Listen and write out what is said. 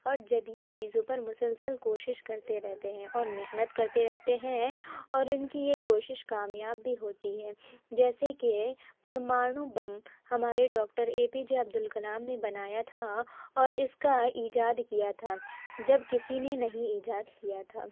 اور جدید چیزوں پر مسلسل کوشش کرتے رہتے ہیں اور محنت کرتے رہتے ہیں اور ان کی یہ کوشش کامیاب بھی ہوتی ہے جیسے کہ پرمانو بم ہمارے doctor A P J Abdul Kalam نے بنایا تھا اور اس کا ایجاد کیا تھا جب کسی نے نہیں ایجاد کیا تھا